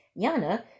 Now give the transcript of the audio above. Yana